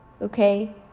Okay